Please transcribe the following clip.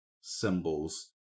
symbols